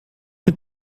mit